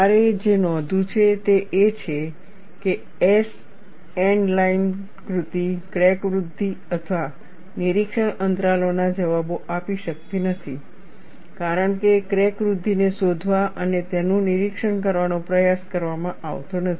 તમારે જે નોંધવું છે તે એ છે કે S N લાઇન કૃતિ ક્રેક વૃદ્ધિ અથવા નિરીક્ષણ અંતરાલોના જવાબો આપી શકતી નથી કારણ કે ક્રેક વૃદ્ધિને શોધવા અને તેનું નિરીક્ષણ કરવાનો કોઈ પ્રયાસ કરવામાં આવતો નથી